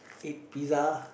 eat pizza